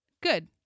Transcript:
Good